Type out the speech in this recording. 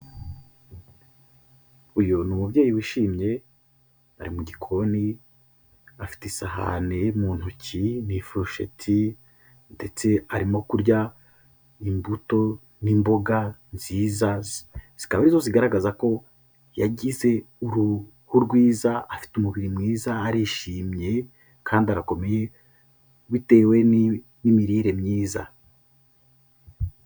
Uyu ni umubyeyi wishimye, ari mu gikoni, afite isahane mu ntoki n'ifurusheti ndetse arimo kurya imbuto n'imboga nziza, zikaba arizo zigaragaza ko yagize uruhu rwiza afite umubiri mwiza arishimye kandi arakomeye bitewe n'imirire myiza.